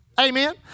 Amen